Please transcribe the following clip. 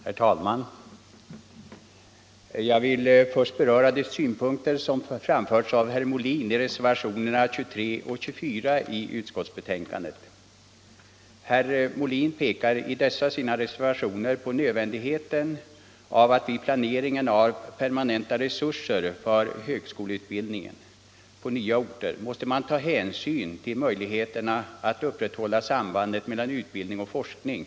Herr talman! Jag vill först beröra de synpunkter som framförts av herr Molin i reservationerna 23 och 24 till utskottsbetänkandet. Herr Molin pekar i dessa sina reservationer på nödvändigheten av att man vid planeringen av permanenta resurser för högskoleutbildning på nya orter måste ta hänsyn till möjligheterna att upprätthålla sambandet mellan utbildning och forskning.